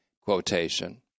quotation